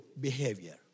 behavior